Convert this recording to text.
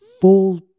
full